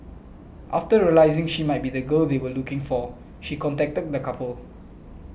after realising she might be the girl they were looking for she contacted the couple